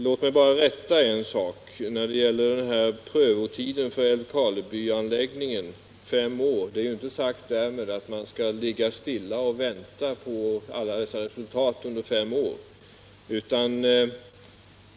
Låt mig bara med anledning av att det nämndes att prövotiden för Älvkarlebyanläggningen är fem år framhålla, att det därmed inte är sagt att man skall ligga stilla och vänta på resultat under alla dessa år.